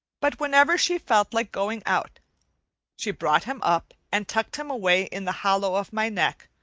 but whenever she felt like going out she brought him up and tucked him away in the hollow of my neck,